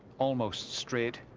almost straight